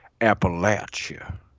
appalachia